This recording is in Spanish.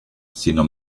sino